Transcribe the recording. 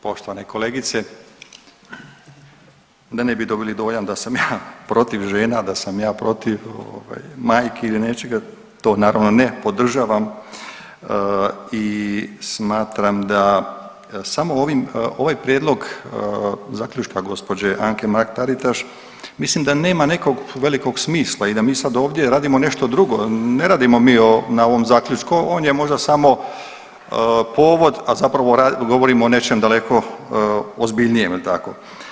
Poštovane kolegice, da ne bi dobili dojam da sam ja protiv žena, da sam ja protiv ovaj majki ili nečega to naravno ne, podržavam i smatram da samo ovim, ovaj prijedlog zaključka gđe. Anke Mrak-Taritaš mislim da nema nekog velikog smisla i da mi sad ovdje radimo nešto drugo, ne radimo mi na ovom zaključku, on je možda samo povod, a zapravo govorimo o nečem daleko ozbiljnijem jel tako.